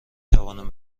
توانم